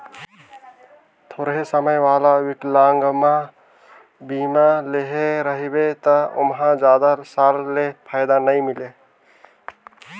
थोरहें समय वाला विकलांगमा बीमा लेहे रहबे त ओमहा जादा साल ले फायदा नई मिले